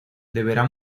deberá